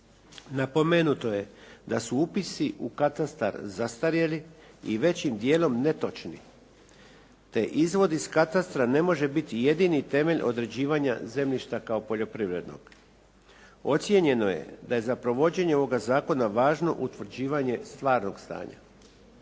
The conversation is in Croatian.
Napomenuto je da su upisi u katastar zastarjeli i većim dijelom netočni te izvodi iz katastra ne može biti jedini temelj određivanja zemljišta kao poljoprivrednog. Ocijenjeno je da je za provođenje ovoga zakona važno utvrđivanje stvarnog stanja.